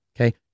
Okay